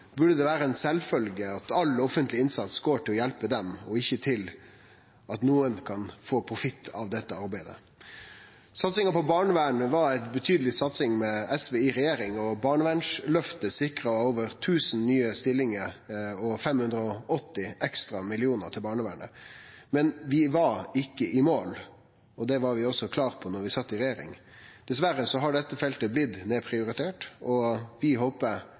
burde det vere sjølvsagt at all offentleg innsats går til å hjelpe dei og ikkje til at nokon får profitt av dette arbeidet. Satsinga på barnevern var ei betydeleg satsing med SV i regjering, og barnevernsløftet sikra over 1 000 nye stillingar og 580 ekstra millionar til barnevernet. Men vi var ikkje i mål, og det var vi også klare på da vi sat i regjering. Dessverre har dette feltet blitt nedprioritert, og vi håper